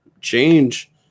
change